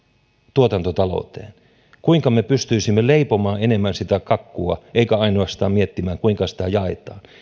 tuotantotalouteen kuinka me pystyisimme enemmän leipomaan sitä kakkua emmekä ainoastaan miettisi kuinka sitä jaetaan